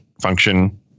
function